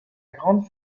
grande